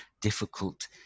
Difficult